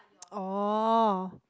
oh